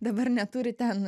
dabar neturi ten